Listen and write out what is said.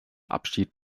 abschied